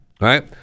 right